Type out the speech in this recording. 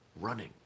running